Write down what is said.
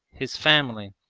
his family,